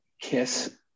kiss